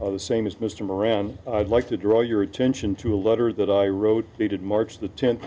the same as mr moran i'd like to draw your attention to a letter that i wrote dated march the tenth